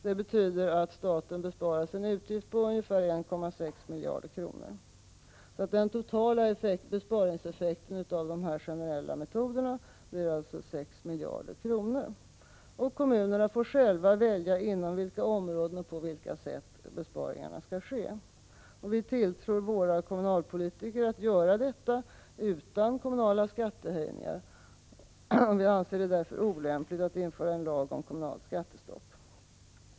Det innebär att staten besparas en utgift på un finansierar de överföringar som görs via är 1.6 miljarder kronor. Den totala besparingseffekten av de här generella metoderna blir alltså 6 miljarder kronor. Kommunerna får själva välja inom vilka områden och på vilka sätt besparingarna skall ske. Vi tilltror våra kommunalpolitiker förmågan att göra detta utan kommunala skattehöjningar och anser det därför olämpligt att införa en lag om kommunalt skattestopp.